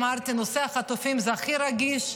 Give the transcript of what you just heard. אמרתי שנושא החטופים הוא הנושא הכי רגיש,